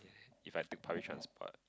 if I take public transport